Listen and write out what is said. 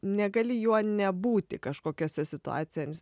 negali juo nebūti kažkokiose situacijos